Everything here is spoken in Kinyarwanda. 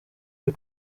byo